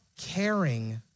caring